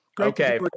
Okay